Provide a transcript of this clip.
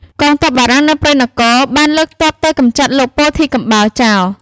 កងទ័ពបារាំងនៅព្រៃនគរបានលើកទ័ពទៅកម្ចាត់លោកពោធិកំបោរចោល។